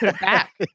Back